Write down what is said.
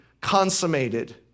consummated